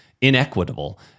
inequitable